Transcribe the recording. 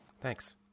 Thanks